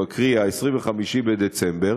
קרי 25 בדצמבר,